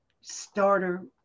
starter